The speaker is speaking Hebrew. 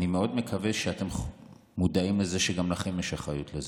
ואני מאוד מקווה שאתם מודעים לזה שגם לכם יש אחריות לזה.